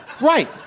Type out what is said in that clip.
Right